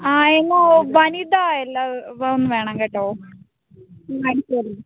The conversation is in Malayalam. ആ എന്നാൽ വനിത എല്ലാ വും വേണം കേട്ടോ